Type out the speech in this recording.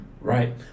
right